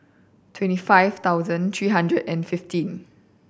twenty five thousand three hundred and fifteen